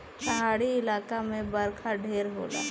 पहाड़ी इलाका मे बरखा ढेर होला